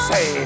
Say